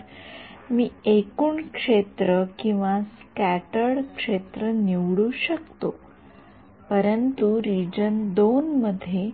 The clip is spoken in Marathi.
तर मी एकूण क्षेत्र किंवा स्क्याटर्ड क्षेत्र निवडू शकतो परंतु रिजन II मध्ये